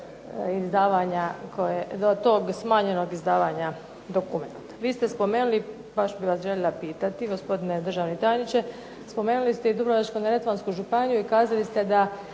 dolazi do tog smanjenog izdavanja dokumenata. Vi ste spomenuli, baš bih vas željela pitati gospodine državni tajniče, spomenuli ste Dubrovačko-neretvansku županiju i kazali ste da